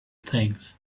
things